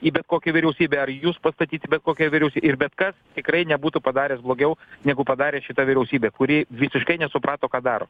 į bet kokią vyriausybę ar jus pastatyt į be kokią vyriausy ir bet kas tikrai nebūtų padaręs blogiau negu padarė šita vyriausybė kuri visiškai nesuprato ką daro